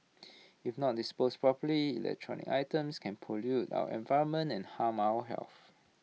if not disposed properly electronic items can pollute our environment and harm our health